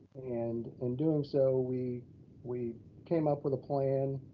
and in doing so, we we came up with a plan